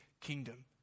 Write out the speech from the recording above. kingdom